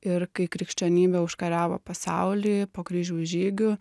ir kai krikščionybė užkariavo pasaulį po kryžiaus žygių